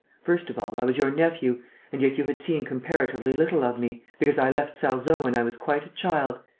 first of all, i was your nephew and yet you had seen comparatively little of me, because i left sarzeau when i was quite a child,